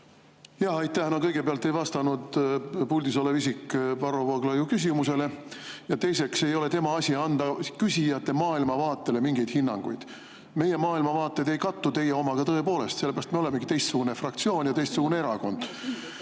Aitäh! Kõigepealt ei vastanud puldis olev isik Varro Vooglaiu küsimusele ja teiseks ei ole tema asi anda küsijate maailmavaatele mingeid hinnanguid. Meie maailmavaated ei kattu teie omaga tõepoolest, sellepärast me olemegi teistsugune fraktsioon ja teistsugune erakond.